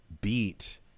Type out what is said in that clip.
beat